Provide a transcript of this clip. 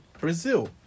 Brazil